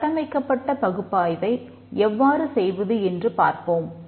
கட்டமைக்கப்பட்ட பகுப்பாய்வை எவ்வாறு செய்வது என்று பார்ப்போம்